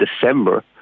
December